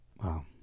Wow